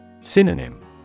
synonym